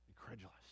Incredulous